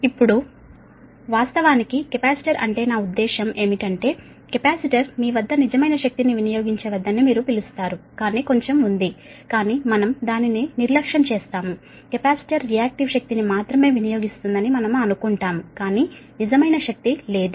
ఇప్పుడు వాస్తవానికి కెపాసిటర్ అంటే నా ఉద్దేశ్యం ఏమిటంటే కెపాసిటర్ మీ వద్ద నిజమైన శక్తిని వినియోగించవద్దని మీరు పిలుస్తారు కానీ కొంచెం ఉంది కానీ మనం దానిని నిర్లక్ష్యం చేస్తాము కెపాసిటర్ రియాక్టివ్ శక్తిని మాత్రమే వినియోగిస్తుందని మనం అనుకుంటాము కాని నిజమైన శక్తి లేదు